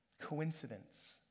coincidence